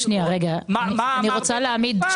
תמתינו.